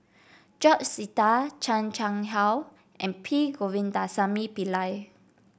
George Sita Chan Chang How and P Govindasamy Pillai